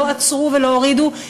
לא עצרו ולא הורידו,